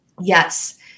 Yes